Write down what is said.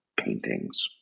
paintings